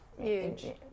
huge